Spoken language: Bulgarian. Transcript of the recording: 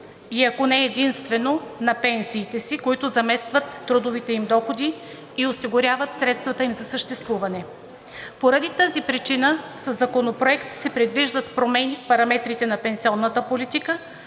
и ако не единствено на пенсиите си, които заместват трудовите им доходи и осигуряват средствата им за съществуване. Поради тази причина със Законопроекта се предвиждат промени в параметрите на пенсионната политика,